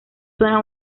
zona